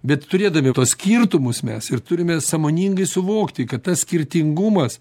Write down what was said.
bet turėdami tuos skirtumus mes ir turime sąmoningai suvokti kad tas skirtingumas